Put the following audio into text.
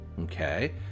okay